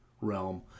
realm